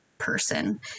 person